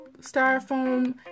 styrofoam